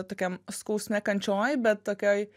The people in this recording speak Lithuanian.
tokiam skausme kančioj bet tokioj